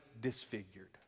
disfigured